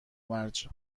مرج